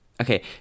Okay